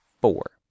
four